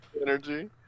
energy